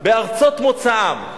בארצות מוצאם.